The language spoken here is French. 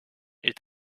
est